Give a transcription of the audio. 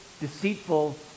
deceitful